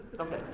Okay